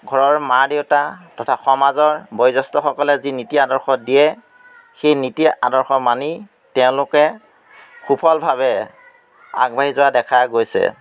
ঘৰৰ মা দেউতা তথা সমাজৰ বয়োজ্যেষ্ঠসকলে যি নীতি আদৰ্শ দিয়ে সেই নীতি আদৰ্শ মানি তেওঁলোকে সফলভাৱে আগবাঢ়ি যোৱা দেখা গৈছে